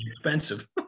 expensive